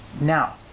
now